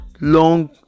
long